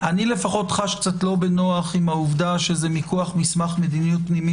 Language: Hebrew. אני לפחות חש קצת לא בנוח שזה מכוח מסמך מדיניות פנימי